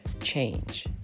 change